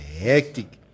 hectic